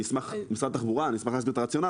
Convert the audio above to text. אני ממשרד התחבורה ואני אשמח להציג את הרציונל,